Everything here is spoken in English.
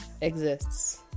exists